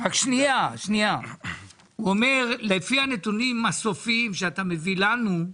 הוא אומר שלפי הנתונים הסופיים שאתה מביא לנו,